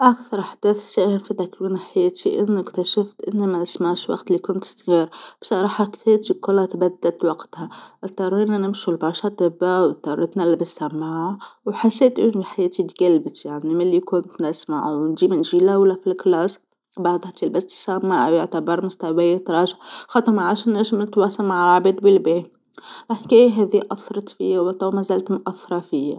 أكثر حدث ساهم في تكوين حياتى أنو أكتشفت إنى منسمعش وقت اللى كنت صغيرة بصراحة حياتى كلها تبدلت وقتها، إضطرينا نمشو للبشا دابا وإضطريت نلبس سماعة وحسيت أنو حياتي اتجلبت يعنى ملي كنت نسمعه ونجيب شي لولا ف الكلاس بعدها تيس لبست سماعة يعتبر مستويا تراجع خاطر عشان مش نتواصل مع العباد بلبيه، الحكاية هاذي أثرت فيا وتوا مازالت مأثرة فيا.